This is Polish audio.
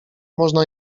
można